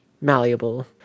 malleable